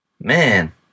Man